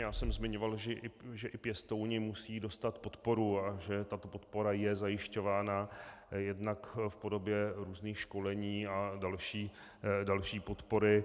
Já jsem zmiňoval, že i pěstouni musí dostat podporu a že ta podpora je zajišťována jednak v podobě různých školení a další podpory.